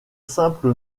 simple